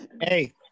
hey